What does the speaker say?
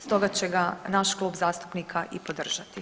Stoga će ga naš klub zastupnika i podržati.